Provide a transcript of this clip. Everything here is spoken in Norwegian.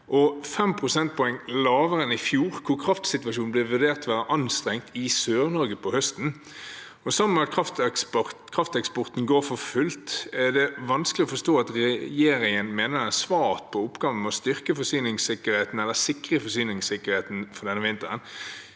5 prosentpoeng lavere enn i fjor, hvor kraftsituasjonen ble vurdert å være anstrengt i Sør-Norge på høsten, og krafteksporten går for fullt, er det vanskelig å forstå at regjeringen mener det er et svar på oppgaven med å styrke eller sikre forsyningssikkerheten for denne vinteren.